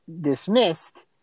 dismissed